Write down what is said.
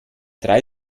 drei